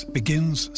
begins